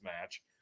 match